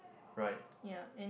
right